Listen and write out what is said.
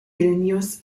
vilnius